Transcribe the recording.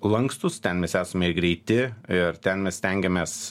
lankstūs ten mes esame ir greiti ir ten mes stengiamės